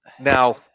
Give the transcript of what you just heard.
Now